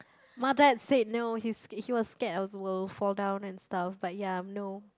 my dad said no he's he was scared I will fall down and stuff but ya I'm no